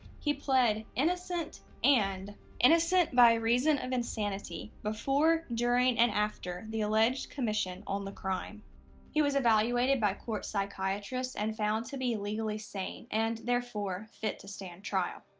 he pled innocent and innocent by reason of insanity, before, during and after the alleged commission on the crime he was evaluated by court psychiatrists and found to be legally sane and, therefore, fit to stand trial.